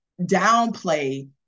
downplay